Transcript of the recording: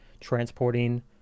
transporting